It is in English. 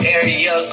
Area